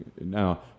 Now